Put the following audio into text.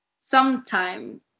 sometime